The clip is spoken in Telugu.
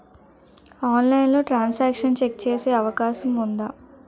ఆన్లైన్లో ట్రాన్ సాంక్షన్ చెక్ చేసే అవకాశం ఉందా?